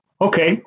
Okay